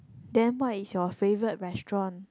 then what is your favorite restaurant